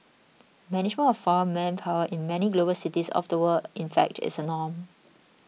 management of foreign manpower in many global cities of the world in fact is a norm